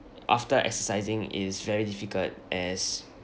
after exercising is very difficult as